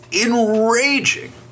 enraging